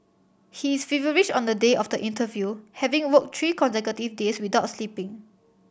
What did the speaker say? he is feverish on the day of the interview having worked three consecutive days without sleeping